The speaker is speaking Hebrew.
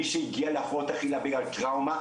מי שהגיע להפרעות אכילה בגלל טראומה,